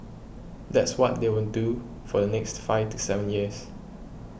that's what they will do for the next five to seven years